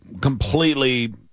completely